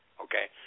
okay